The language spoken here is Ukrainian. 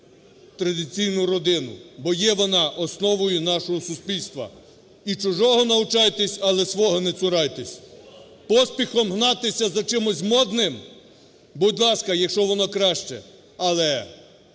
традиційну родину, бо є вона основою нашого суспільства. "І чого навчайтесь, але свого не цурайтесь". Поспіхом гнатися за чимось модним – будь ласка, якщо воно краще. Але